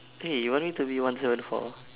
!hey! you want me to be one seven four